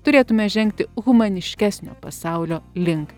turėtume žengti humaniškesnio pasaulio link